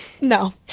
No